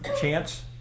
chance